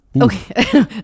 Okay